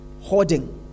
Hoarding